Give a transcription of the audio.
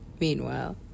Meanwhile